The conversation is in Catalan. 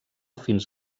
fins